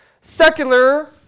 secular